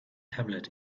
tablet